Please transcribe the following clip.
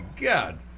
God